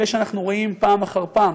אלה שאנחנו רואים פעם אחר פעם.